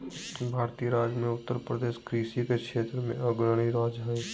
भारतीय राज्य मे उत्तरप्रदेश कृषि के क्षेत्र मे अग्रणी राज्य हय